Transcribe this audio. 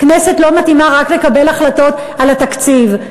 הכנסת לא מתאימה רק לקבל החלטות על התקציב.